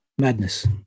madness